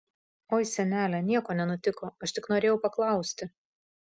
oi senele nieko nenutiko aš tik norėjau paklausti